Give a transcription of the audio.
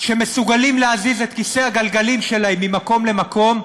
שמסוגלים להזיז את כיסא הגלגלים שלהם ממקום למקום,